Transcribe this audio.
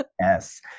Yes